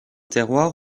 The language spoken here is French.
terroir